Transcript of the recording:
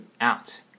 out